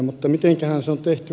mutta mitenkähän se on tehty